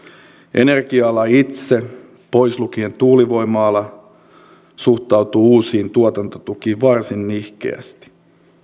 energia ala itse pois lukien tuulivoima ala suhtautuu uusiin tuotantotukiin varsin nihkeästi